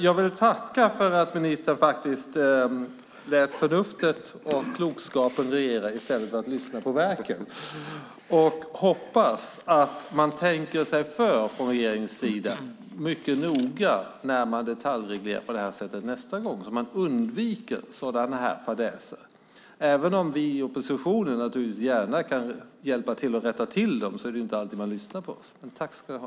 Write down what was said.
Jag vill tacka för att ministern faktiskt lät förnuftet och klokskapen regera i stället för att lyssna på verket. Jag hoppas att man tänker sig för från regeringens sida när man detaljreglerar på det här sättet nästa gång, så att man undviker sådana här fadäser. Även om vi i oppositionen naturligtvis kan hjälpa till att rätta till dem är det ju inte alltid man lyssnar på oss. Men tack ska du ha!